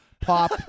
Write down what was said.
pop